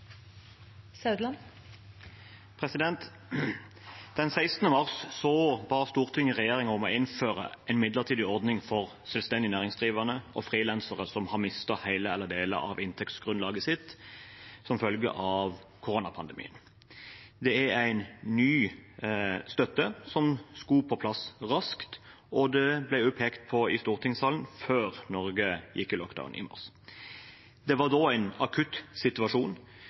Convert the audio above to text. ba Stortinget regjeringen om å innføre en midlertidig ordning for selvstendig næringsdrivende og frilansere som har mistet hele eller deler av inntektsgrunnlaget sitt som følge av koronapandemien. Det er en ny støtte som skulle på plass raskt, og det ble også pekt på i stortingssalen før Norge gikk i «lockdown» i mars. Det var da en akutt situasjon,